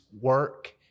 work